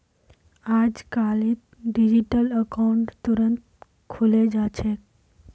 अजकालित digital account तुरंत खुले जा छेक